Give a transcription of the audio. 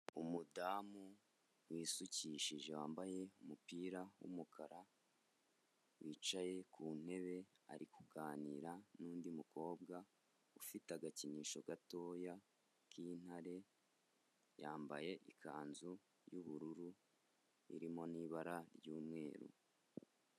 Umudamu wisukishije wambaye umupira w'umukara wicaye ku ntebe ari kuganira n'undi mukobwa, ufite agakinisho gatoya k'intare yambaye ikanzu y'ubururu irimo n'ibara ry'umweru.